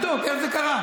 אתה יודע לבד שזה לא ככה.